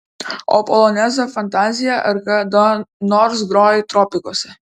o polonezą fantaziją ar kada nors grojai tropikuose